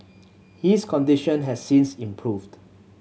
his condition has since improved